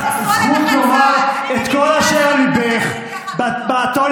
אני נשואה לנכה צה"ל.